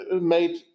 made